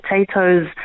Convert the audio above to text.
potatoes